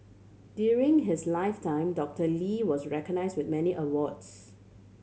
during his lifetime Doctor Lee was recognise with many awards